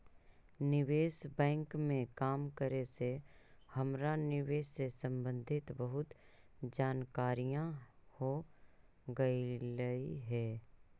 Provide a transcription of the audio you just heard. निवेश बैंक में काम करे से हमरा निवेश से संबंधित बहुत जानकारियाँ हो गईलई हे